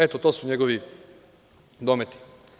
Eto to su njegovi dometi.